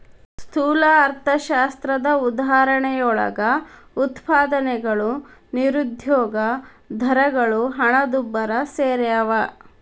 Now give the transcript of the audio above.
ಸ್ಥೂಲ ಅರ್ಥಶಾಸ್ತ್ರದ ಉದಾಹರಣೆಯೊಳಗ ಉತ್ಪಾದನೆಗಳು ನಿರುದ್ಯೋಗ ದರಗಳು ಹಣದುಬ್ಬರ ಸೆರ್ಯಾವ